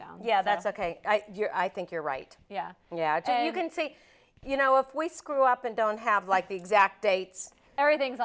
down yeah that's ok i think you're right yeah yeah and you can say you know if we screw up and don't have like the exact dates everything's